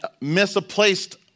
misplaced